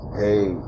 hey